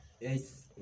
yes